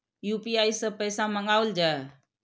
UPI सै पैसा मंगाउल जाय?